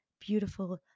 Beautiful